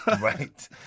Right